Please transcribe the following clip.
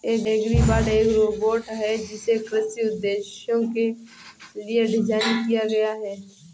agribot एक robot है जिसे कृषि उद्देश्यों के लिए डिज़ाइन किया गया है